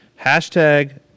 Hashtag